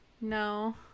No